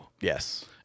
Yes